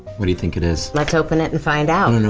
what do you think it is? let's open it and find out.